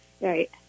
Right